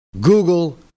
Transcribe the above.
Google